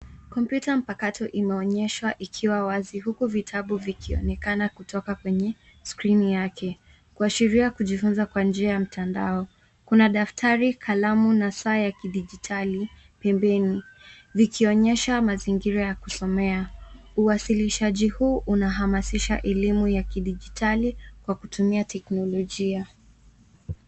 Kompyuta mpakato imeonyeshwa ikiwa wazi huku vitabu vikionekana kutoka kwenye skrini yake, kuashiria kujifunza kwa njia ya mtandao . Kuna daftari, kalamu na saa ya kidijitali pembeni, zikionyesha mazingira ya kusomea. Uasilishaji huu unahamasisha elimu ya kidijitali kwa kutumia teknolojia.